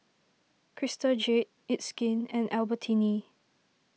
Crystal Jade It's Skin and Albertini